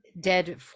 dead